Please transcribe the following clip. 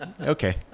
Okay